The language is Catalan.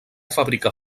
fabricar